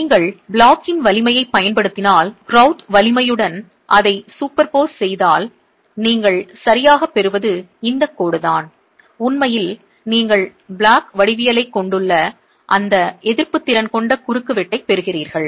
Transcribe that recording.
நீங்கள் பிளாக்கின் வலிமையைப் பயன்படுத்தினால் க்ரூட்டின் வலிமையுடன் அதை சூப்பர்போஸ் செய்தால் நீங்கள் சரியாகப் பெறுவது இந்தக் கோடுதான் உண்மையில் நீங்கள் பிளாக் வடிவியலைக் கொண்டுள்ள அதிக எதிர்ப்புத் திறன் கொண்ட குறுக்குவெட்டைப் பெறுகிறீர்கள்